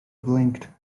blinked